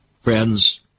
friends